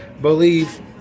believe